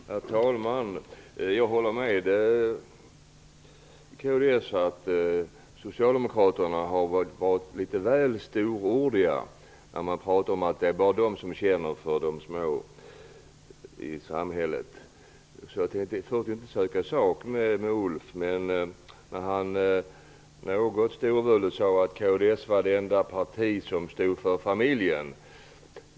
Herr talman! Jag instämmer i synpunkten från kds att socialdemokraterna har varit litet väl storordiga när de talat om att det bara är de som känner för de små i samhället. Jag vill inte söka sak med Ulf Björklund, men han var något storvulen när han sade att kds är det enda parti som står för familjen.